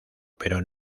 pero